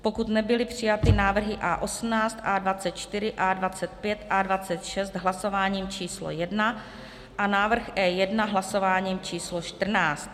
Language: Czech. pokud nebyly přijaty návrhy A18, A24, A25, A26 hlasováním č. jedna a návrh E1 hlasováním č. čtrnáct,